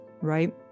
right